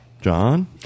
John